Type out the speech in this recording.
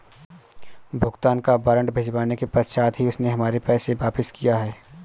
भुगतान का वारंट भिजवाने के पश्चात ही उसने हमारे पैसे वापिस किया हैं